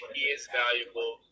HeIsValuable